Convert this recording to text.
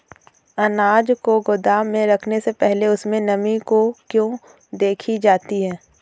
अनाज को गोदाम में रखने से पहले उसमें नमी को क्यो देखी जाती है?